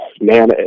Man